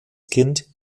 kind